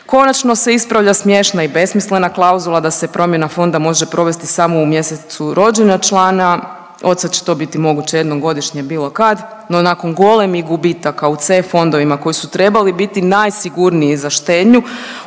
Konačno se ispravlja smiješana i besmislena klauzula da se promjena fonda može provesti samo u mjesecu rođenja člana, od sad će to biti moguće jednom godišnje bilo kad. No nakon golemih gubitaka u C fondovima koji su trebali biti najsigurniji za štednju